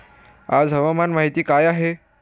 आज हवामान माहिती काय आहे?